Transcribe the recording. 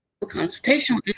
consultation